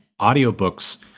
audiobooks